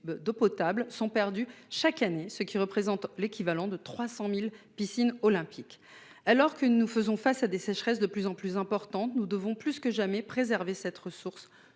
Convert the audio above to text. d'eau potable sont perdus chaque année, ce qui représente l'équivalent de 300 000 piscines olympiques. Alors que nous faisons face à des sécheresses de plus en plus importantes, nous devons plus que jamais préserver cette ressource.